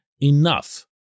enough